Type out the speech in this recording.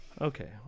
Okay